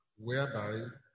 whereby